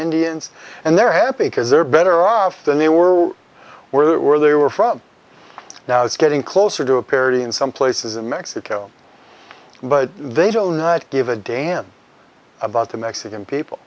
indians and they're happy because they're better off than they were or that where they were from now it's getting closer to a parity in some places in mexico but they don't give a damn about the mexican people